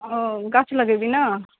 ओ गाछ लगेबही ने